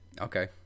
Okay